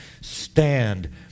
Stand